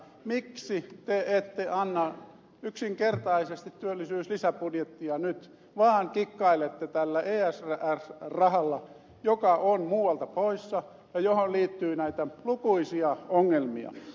miksi te ette anna yksinkertaisesti työllisyyslisäbudjettia nyt vaan kikkailette tällä esr rahalla joka on muualta pois ja johon liittyy näitä lukuisia ongelmia